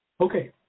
Okay